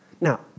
Now